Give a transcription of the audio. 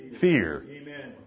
fear